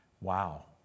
wow